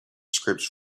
scripts